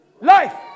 Life